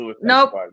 nope